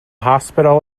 hospital